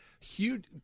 Huge